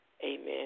Amen